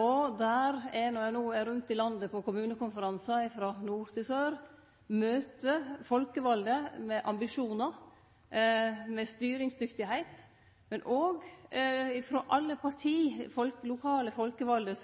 og der eg no når eg er rundt i landet på kommunekonferansar – frå nord til sør – møter folkevalde med ambisjonar, med styringsdyktigheit og frå alle parti. Det er lokale folkevalde